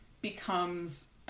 becomes